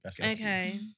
Okay